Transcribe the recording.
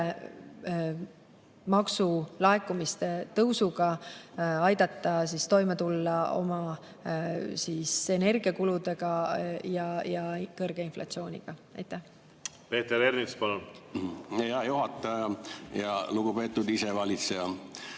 maksulaekumiste tõusuga aidata inimestel toime tulla oma energiakuludega ja kõrge inflatsiooniga. Peeter Ernits, palun! Hea juhataja! Lugupeetud isevalitseja!